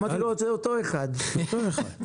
הפסקה הזאת כבר לא נדרשת לאור מה שמוצע בהמשך,